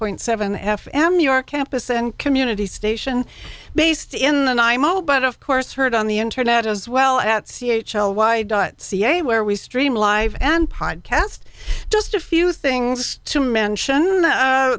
point seven f m new york campus and community station based in the imo but of course heard on the internet as well at c h l y dot ca where we stream live and pod cast just a few things to mention